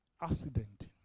accident